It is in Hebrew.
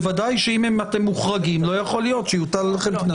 בוודאי שאם אתם מוחרגים לא יכול להיות שיוטל עליכם קנס.